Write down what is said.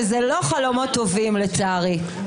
וזה לא חלומות טובים לצערי.